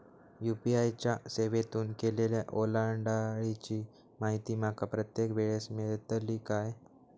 UPI च्या सेवेतून केलेल्या ओलांडाळीची माहिती माका प्रत्येक वेळेस मेलतळी काय?